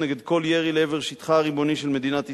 נגד כל ירי לעבר שטחה הריבוני של מדינת ישראל.